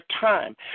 time